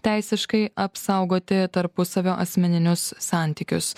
teisiškai apsaugoti tarpusavio asmeninius santykius